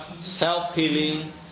self-healing